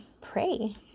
pray